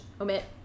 omit